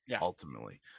ultimately